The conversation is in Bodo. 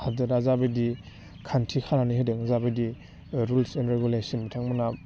हादोरा जाबायदि खान्थि खानानै होदों जाबायदि रुल्स एन्ड रेगुलेसन बिथांमोना